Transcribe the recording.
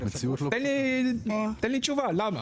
תן לי תשובה למה?